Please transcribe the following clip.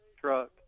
truck